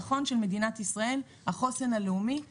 מדינת ישראל והחוסן הלאומי שלה,